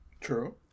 True